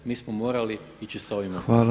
Mi smo morali ići s ovim